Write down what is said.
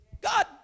God